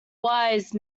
wise